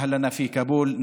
בני עמנו בכאבול,